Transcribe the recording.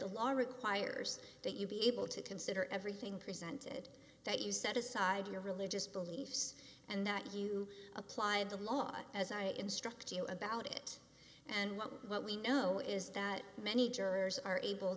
law requires that you be able to consider everything presented that you set aside your religious beliefs and that you applied the law as i instruct you about it and what we know is that many jurors are able